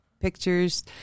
Pictures